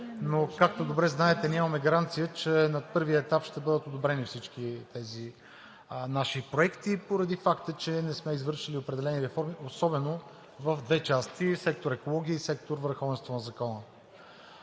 но, както добре знаете, ние имаме гаранция, че на първия етап ще бъдат одобрени всички тези наши проекти поради факта, че не сме извършили определени реформи, особено в две части – сектор „Екология“ и сектор „Върховенство на закона“.